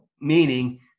meaning